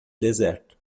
deserto